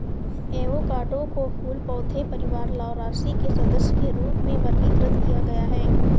avocado को फूल पौधे परिवार लौरासी के सदस्य के रूप में वर्गीकृत किया गया है